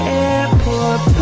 airport